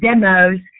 demos